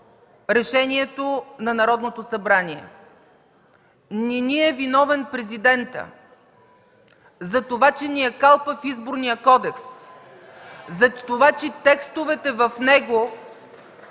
решението на Народното събрание. Не ни е виновен президентът за това, че ни е калпав Изборният кодекс (шум в КБ и ДПС), за това, че текстовете в него